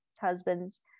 husband's